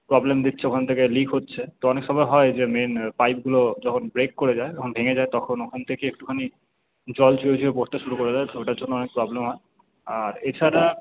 problem দিচ্ছে ওখান থেকে লিক হচ্ছে তো অনেক সময় হয় যে মেইন পাইপগুলো যখন ব্রেক করে যায় যখন ভেঙ্গে যায় তখন ওখান থেকে একটুখানি জল ঝড়ে ঝড়ে পড়তে শুরু করে দেয় তো ওটার জন্য অনেক প্রবলেম হয় আর এছাড়া